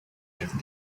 left